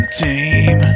team